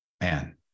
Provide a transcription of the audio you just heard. Man